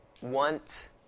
want